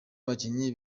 abakinyi